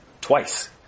twice